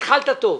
התחלת טוב.